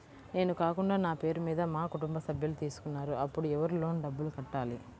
నేను కాకుండా నా పేరు మీద మా కుటుంబ సభ్యులు తీసుకున్నారు అప్పుడు ఎవరు లోన్ డబ్బులు కట్టాలి?